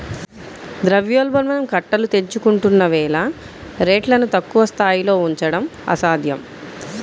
ద్రవ్యోల్బణం కట్టలు తెంచుకుంటున్న వేళ రేట్లను తక్కువ స్థాయిలో ఉంచడం అసాధ్యం